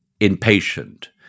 impatient